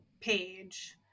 page